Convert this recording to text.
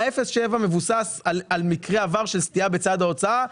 ה-0.7 מבוסס על מקרי עבר של סטייה בצד ההוצאה,